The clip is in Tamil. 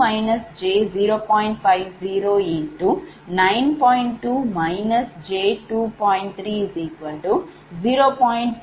2174 என்று கணக்கிடலாம்